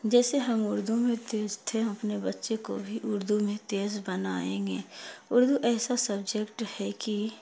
جیسے ہم اردو میں تیز تھے ہم اپنے بچے کو بھی اردو میں تیز بنائیں گے اردو ایسا سبجیکٹ ہے کہ